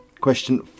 question